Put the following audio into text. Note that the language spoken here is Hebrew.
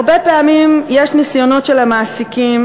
הרבה פעמים יש ניסיונות של המעסיקים,